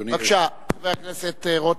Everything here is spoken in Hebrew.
בבקשה, חבר הכנסת רותם.